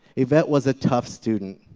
yvette was a tough student,